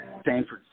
Stanford